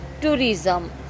tourism